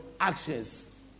Actions